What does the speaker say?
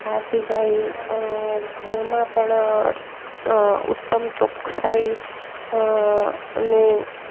આ સિવાય ઘરમાં પણ ઉત્તમ ચોક્સાઈ નું